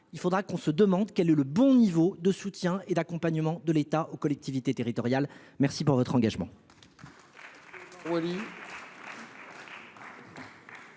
devrons nous demander quel est le bon niveau de soutien et d’accompagnement de l’État aux collectivités territoriales. Merci pour votre engagement